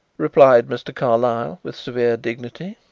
replied mr. carlyle with severe dignity.